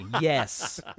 Yes